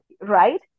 right